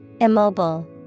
Immobile